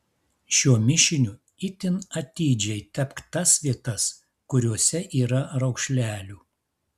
šiuo mišiniu itin atidžiai tepk tas vietas kuriose yra raukšlelių